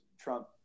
Trump